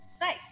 Nice